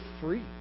free